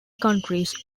countries